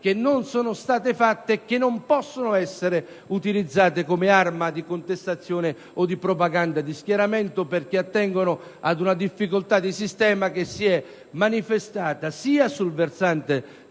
che non sono state fatte e che non possono essere utilizzate come arma di contestazione o di propaganda di schieramento. Infatti, esse attengono ad una difficoltà di sistema che si è manifestata sia sul versante